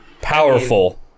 Powerful